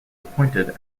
appointed